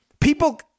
People